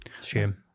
shame